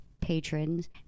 patrons